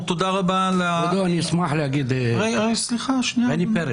סליחה, שכחתי לציין פרט